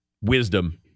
wisdom